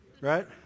Right